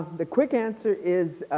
the quick answer is,